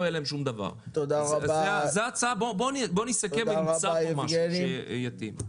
זו ההצעה, בואו נסכם ונמצא פה משהו שיתאים.